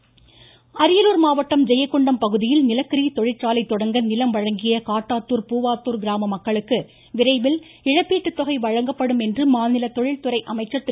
சம்பத் அரியலூர் மாவட்டம் ஜெயங்கொண்டம் பகுதியில் நிலக்கரி தொழிற்சாலை தொடங்க நிலம் வழங்கிய காட்டாத்தூர் பூவாத்தூர் கிராம மக்களுக்கு விரைவில் இழப்பீடு தொகை வழங்கப்படும் என்று மாநில தொழில்துறை அமைச்சர் திரு